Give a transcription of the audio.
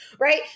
Right